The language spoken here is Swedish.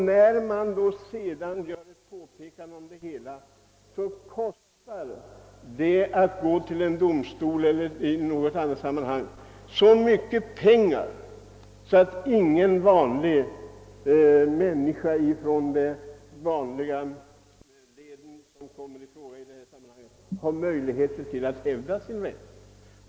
När den som utsatts för vräkningsförfarandet då vill påtala saken kostar det så mycket att gå till domstol, att ingen människa med de inkomster som det i dessa sammanhang oftast är fråga om har någon möjlighet att hävda sin rätt.